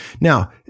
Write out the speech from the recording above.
Now